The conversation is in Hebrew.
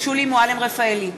שולי מועלם-רפאלי,